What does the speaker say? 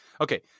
Okay